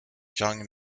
young